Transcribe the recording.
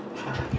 mmhmm